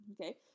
okay